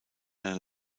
eine